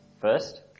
First